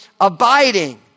abiding